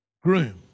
groom